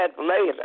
later